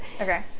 Okay